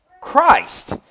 Christ